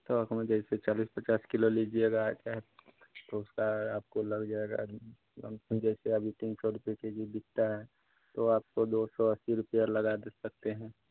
तो हम जैसे चालीस पचास किलो लीजिएगा तो उसका आपको लग जाएगा लम सम जैसे अभी तीन सौ रुपये के जी बिकता है तो आपको दो सौ अस्सी रुपया लगा दे सकते हैं